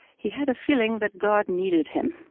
he had a feeling that god needed him,